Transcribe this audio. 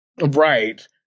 Right